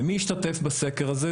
ומי השתתף בסקר הזה,